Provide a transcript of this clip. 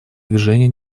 движения